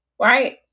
right